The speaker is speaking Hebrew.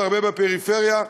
והרבה בפריפריה,